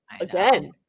Again